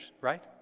right